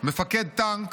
מפקד טנק,